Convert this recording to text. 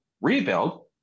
rebuild